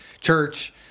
church